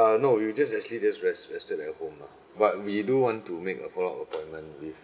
uh no we were just actually just rest rested at home lah but we do want to make a follow-up appointment with